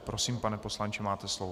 Prosím, pane poslanče, máte slovo.